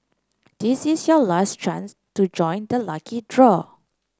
this is your last chance to join the lucky draw